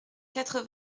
quatre